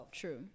True